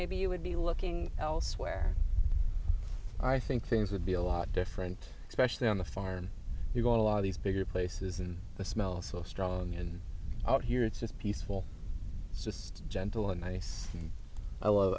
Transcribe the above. maybe you would be looking elsewhere i think things would be a lot different especially on the farm you go a lot of these bigger places and the smell is so strong and out here it's just peaceful it's just gentle and nice